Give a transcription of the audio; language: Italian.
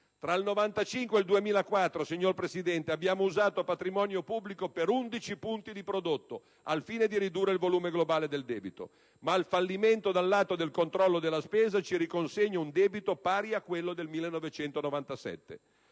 Tra il 1995 e il 2004, signor Presidente, abbiamo usato patrimonio pubblico per 11 punti di prodotto interno lordo al fine di ridurre il volume globale del debito; ma il fallimento dal lato del controllo della spesa ci riconsegna un debito pari a quello del 1997.